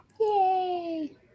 Yay